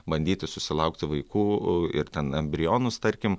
bandyti susilaukti vaikų ir ten embrionus tarkim